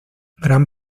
gran